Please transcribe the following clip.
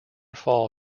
fall